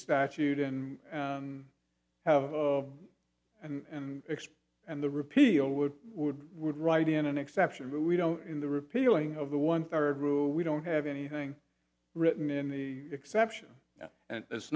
statute and have and expect and the repeal would would would write in an exception but we don't in the repealing of the one third rule we don't have anything written in the exception and there's